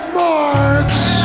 marks